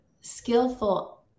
skillful